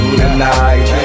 tonight